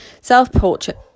self-portrait